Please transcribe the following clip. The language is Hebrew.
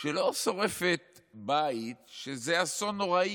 ולא שורפת בית שזה אסון נוראי,